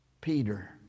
Peter